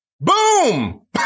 boom